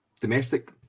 domestic